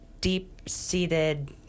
deep-seated